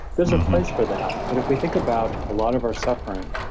there's a place for that, but if we think about a lot of our suffering,